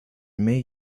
may